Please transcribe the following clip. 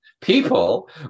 people